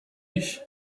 ich